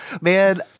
Man